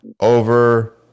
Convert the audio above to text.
over